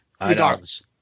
Regardless